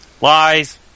Lies